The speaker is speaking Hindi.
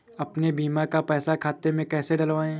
अपने बीमा का पैसा खाते में कैसे डलवाए?